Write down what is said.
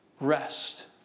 Rest